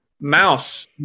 Mouse